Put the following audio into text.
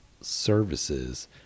Services